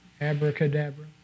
abracadabra